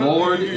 Lord